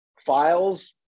files